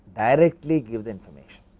directly give the information.